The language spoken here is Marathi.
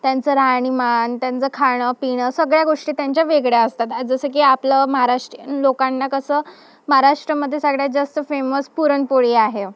त्यांचं राहणीमान त्यांचं खाणंपिणं सगळ्या गोष्टी त्यांच्या वेगळ्या असतात जसं की आपलं महाराष्टीयन लोकांना कसं महाराष्ट्रामध्ये सगळ्यात जास्त फेमस पुरणपोळी आहे